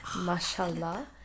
Mashallah